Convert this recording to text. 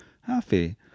happy